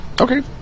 Okay